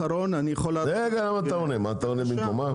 כמה זמן הוא כביש מסוכן?